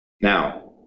Now